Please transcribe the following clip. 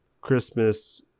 christmas